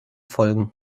folgen